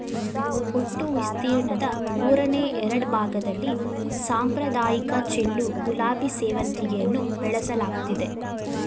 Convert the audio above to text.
ಒಟ್ಟು ವಿಸ್ತೀರ್ಣದ ಮೂರನೆ ಎರಡ್ಭಾಗ್ದಲ್ಲಿ ಸಾಂಪ್ರದಾಯಿಕ ಚೆಂಡು ಗುಲಾಬಿ ಸೇವಂತಿಗೆಯನ್ನು ಬೆಳೆಸಲಾಗ್ತಿದೆ